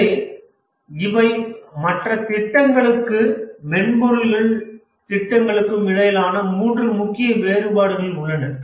எனவே இவை மற்ற திட்டங்களுக்கும் மென்பொருள் திட்டங்களுக்கும் இடையிலான மூன்று முக்கிய வேறுபாடுகள் உள்ளன